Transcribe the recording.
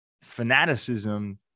fanaticism